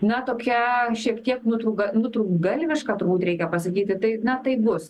na tokia šiek tiek nutrūkga nutrūktgalviška turbūt reikia pasakyti tai na taip bus